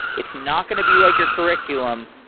it's not going to be like your curriculum,